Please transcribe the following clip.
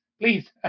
please